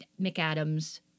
McAdams